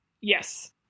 Yes